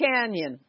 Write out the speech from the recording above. Canyon